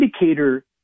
indicator